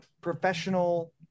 professional